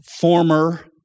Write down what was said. former